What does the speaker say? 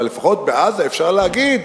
אבל לפחות בעזה אפשר להגיד: